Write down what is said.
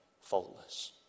faultless